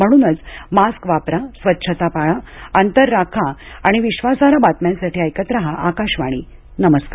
म्हणूनच मास्क वापरास्वच्छता पाळाअंतर राखा आणि विश्वासार्ह बातम्यांसाठी ऐकत राहा आकाशवाणीनमस्कार